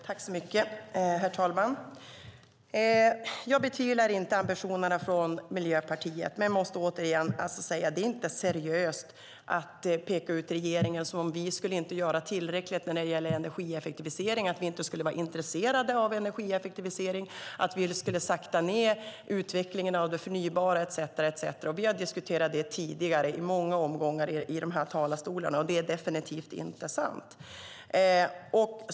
Herr talman! Jag betvivlar inte ambitionerna från Miljöpartiet, men jag måste återigen säga att det inte är seriöst att peka ut regeringen som om man inte skulle göra tillräckligt när det gäller energieffektivisering, att man inte skulle vara intresserade av energieffektivisering, att man skulle sakta ned utvecklingen av det förnybara etcetera. Vi har diskuterat detta tidigare i många omgångar i de här talarstolarna, och det är definitivt inte sant.